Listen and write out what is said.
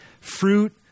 fruit